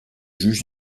juge